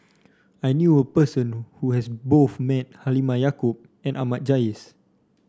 I knew a person who has met both Halimah Yacob and Ahmad Jais